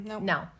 No